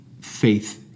faith